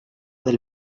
del